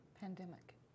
pandemic